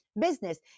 business